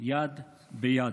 יד ביד.